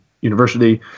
university